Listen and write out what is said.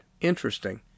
Interesting